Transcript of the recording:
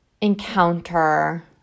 encounter